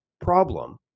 problem